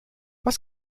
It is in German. was